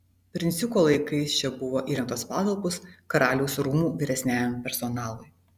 princiuko laikais čia buvo įrengtos patalpos karaliaus rūmų vyresniajam personalui